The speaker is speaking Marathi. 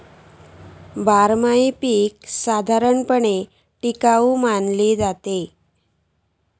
बारमाही पीका साधारणपणे टिकाऊ मानली जाता